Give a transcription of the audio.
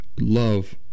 love